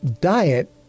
diet